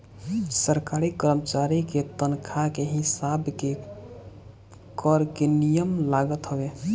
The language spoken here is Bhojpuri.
सरकारी करमचारी के तनखा के हिसाब के कर के नियम लागत हवे